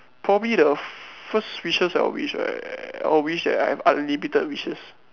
probably the first wishes I will wish right I will wish that I have unlimited wishes